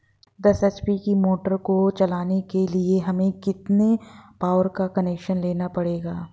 दस एच.पी की मोटर को चलाने के लिए हमें कितने पावर का कनेक्शन लेना पड़ेगा?